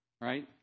Right